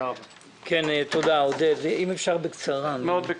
עודד פורר, בבקשה.